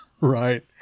Right